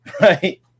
Right